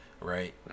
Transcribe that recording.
right